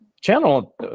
channel